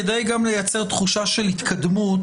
כדי לייצר תחושה של התקדמות,